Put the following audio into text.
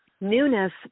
newness